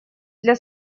для